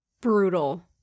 Brutal